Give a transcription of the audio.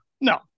No